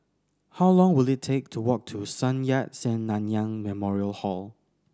how long will it take to walk to Sun Yat Sen Nanyang Memorial Hall